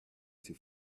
too